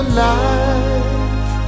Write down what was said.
life